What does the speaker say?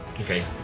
Okay